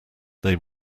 they